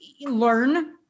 learn